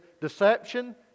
deception